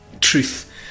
truth